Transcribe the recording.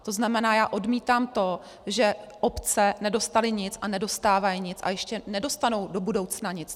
To znamená, já odmítám to, že obce nedostaly nic a nedostávají nic a ještě nedostanou do budoucna nic.